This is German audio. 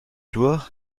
durch